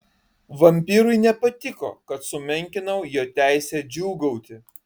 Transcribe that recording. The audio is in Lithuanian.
vampyrui nepatiko kad sumenkinau jo teisę džiūgauti